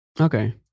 Okay